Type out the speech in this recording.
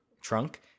trunk